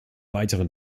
weiteren